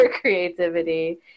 creativity